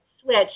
switch